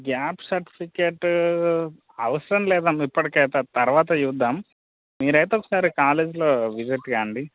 gap certificate అవసరం లేదమ్మ ఇప్పటికి అయితే అది తర్వాత చూద్దాం మీరైతే ఒకసారి కాలేజీలో విజిట్ కాండి